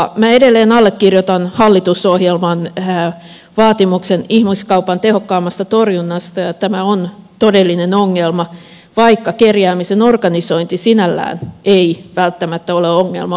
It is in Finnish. minä edelleen allekirjoitan hallitusohjelman vaatimuksen ihmiskaupan tehokkaammasta torjunnasta ja tämä on todellinen ongelma vaikka kerjäämisen organisointi sinällään ei välttämättä ole ongelma organisointiahan on monenlaista